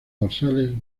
dorsales